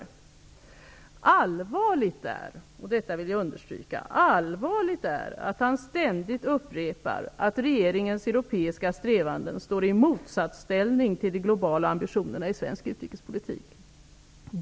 Det är allvarligt -- och detta vill jag understryka -- att han ständigt upprepar att regeringens europeiska strävanden står i motsatsställning till de globala ambitionerna i svensk utrikespolitik.